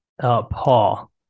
Paul